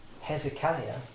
Hezekiah